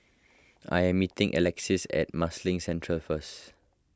I am meeting Alexis at Marsiling Central first